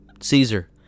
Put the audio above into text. Caesar